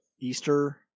Easter